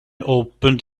opened